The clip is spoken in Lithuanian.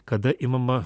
kada imama